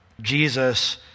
Jesus